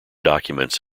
documents